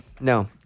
No